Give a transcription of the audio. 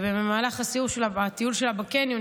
ובמהלך הטיול שלה בקניון,